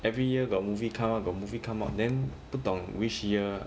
every year got movie come out got movie come out then 不懂 which year